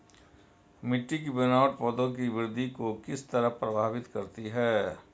मिटटी की बनावट पौधों की वृद्धि को किस तरह प्रभावित करती है?